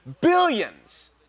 billions